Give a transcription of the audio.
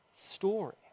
story